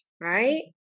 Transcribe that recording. right